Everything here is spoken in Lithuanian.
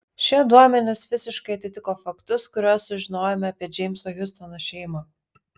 šie duomenys visiškai atitiko faktus kuriuos sužinojome apie džeimso hiustono šeimą